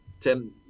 Tim